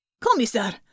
Commissar